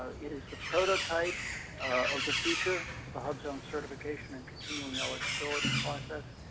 it is the prototype of the future, of the hubzone certification and continuing eligibility process.